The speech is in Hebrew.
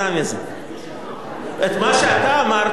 את מה שאתה אמרת, אמר מאיר לפניך, חלק מהדברים.